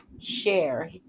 share